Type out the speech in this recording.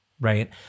Right